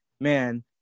man